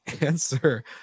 answer